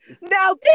Now